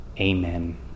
Amen